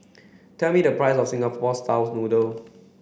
tell me the price of Singapore style's noodle